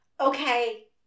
Okay